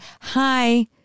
hi